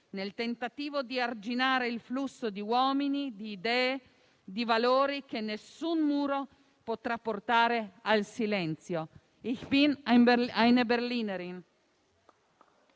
nel tentativo di arginare il flusso di uomini, di idee e di valori che nessun muro potrà portare al silenzio. *Ich bin einer Berlinerin*.